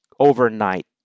overnight